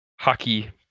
hockey